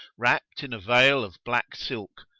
wrapped in a veil of black silk,